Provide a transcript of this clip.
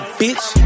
bitch